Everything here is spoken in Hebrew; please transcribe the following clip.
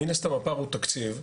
מן הסתם הפער הוא תקציב.